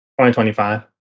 2025